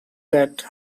that